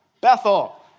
Bethel